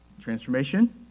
Transformation